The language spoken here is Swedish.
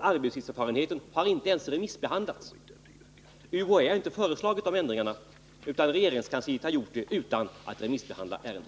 arbetslivserfarenheten inte ens har remissbehandiats. UHÄ har inte föreslagit dessa ändringar — regeringskansliet har gjort det utan att remissbehandla ärendet.